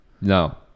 No